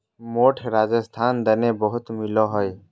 मोठ राजस्थान दने बहुत मिलो हय